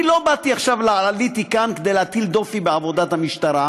אני לא עליתי כאן כדי להטיל דופי בעבודת המשטרה,